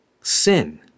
sin